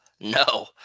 No